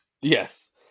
Yes